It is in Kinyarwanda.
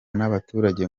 n’abaturage